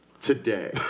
today